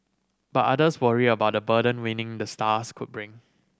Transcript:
but others worry about the burden winning the stars could bring